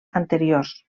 anteriors